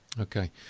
Okay